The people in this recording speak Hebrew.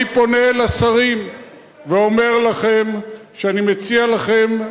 אני פונה אל השרים ואומר לכם שאני מציע לכם,